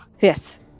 Yes